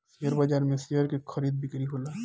share बाजार में share के खरीदा बिक्री होला